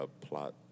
plot